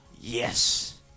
Yes